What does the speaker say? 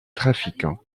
trafics